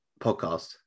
podcast